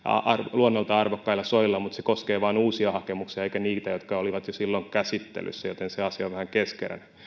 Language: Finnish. luonnoltaan arvokkailla soilla mutta se koskee vain uusia hakemuksia eikä niitä jotka olivat jo silloin käsittelyssä joten se asia on vähän keskeneräinen